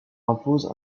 impose